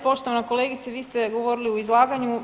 Poštovana kolegice, vi ste govorili u izlaganju.